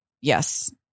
Yes